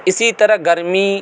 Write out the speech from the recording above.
اسی طرح گرمی